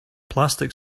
plastic